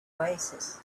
oasis